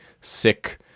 sick